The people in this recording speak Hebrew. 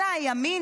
אלא הימין,